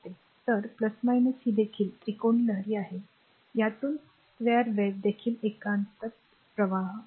तर ही देखील त्रिकोणी लहरी आहे यातून स्क्वेअर वेव्ह देखील एकांतर प्रवाह आहे